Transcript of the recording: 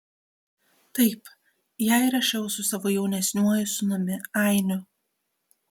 taip ją įrašiau su savo jaunesniuoju sūnumi ainiu